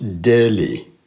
daily